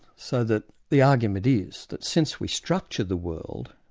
so that the argument is that since we structure the world,